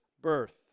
birth